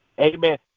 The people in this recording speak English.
Amen